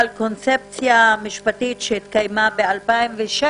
קונצפציה משפטית שהתקיימה ב-2006,